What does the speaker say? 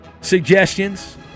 suggestions